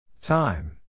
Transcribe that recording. Time